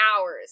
hours